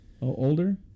older